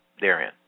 therein